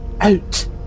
out